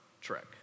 trek